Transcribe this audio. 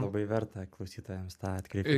labai verta klausytojams tą atkreipti